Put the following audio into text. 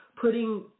putting